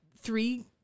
three